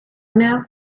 now